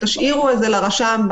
תשאירו את זה לרשם,